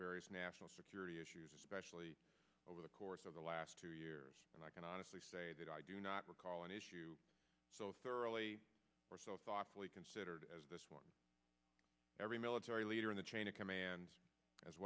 various national security issues especially over the course of the last two years and i can honestly say that i do not recall an issue so thoroughly or so thoughtfully considered as this one every military leader in the chain of command as